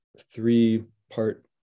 three-part